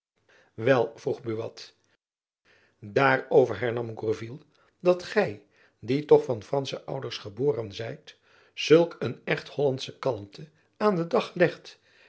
wel vroeg buat daarover hernam gourville dat gy die toch van fransche ouders geboren zijt zulk een echt hollandsche kalmte aan den dag legt